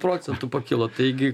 procentų pakilo taigi